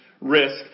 risk